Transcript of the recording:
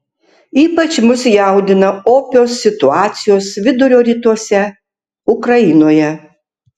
ypač mus jaudina opios situacijos vidurio rytuose ukrainoje